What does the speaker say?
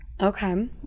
Okay